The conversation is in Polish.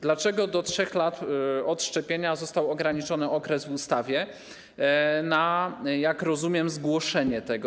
Dlaczego do 3 lat od szczepienia został ograniczony okres w ustawie na, jak rozumiem, zgłoszenie tego?